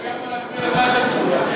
אני יכול להקריא לך את התשובה.